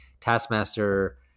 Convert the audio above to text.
Taskmaster